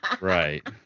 Right